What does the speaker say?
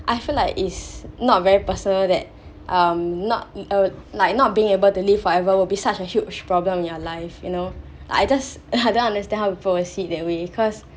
I feel like is not very personal that um not uh like not being able to live forever will be such a huge problem in your life you know I just I don't understand how people will see it that way because